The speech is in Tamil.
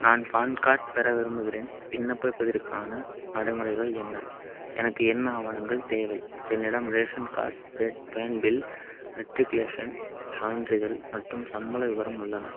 நான் பான் கார்ட் பெற விரும்புகிறேன் விண்ணப்பிப்பதற்கான நடைமுறைகள் என்ன எனக்கு என்ன ஆவணங்கள் தேவை என்னிடம் ration card broadband bill matriculation சான்றிதழ் மற்றும் சம்பள விவரம் உள்ளன